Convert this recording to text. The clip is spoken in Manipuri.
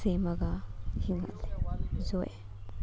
ꯁꯦꯝꯃꯒ ꯍꯤꯡꯍꯜꯂꯤ ꯌꯣꯛꯑꯦ